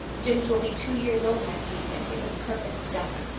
jims will be two years old next week and he is a perfect duck.